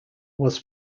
was